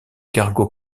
cargo